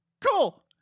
cool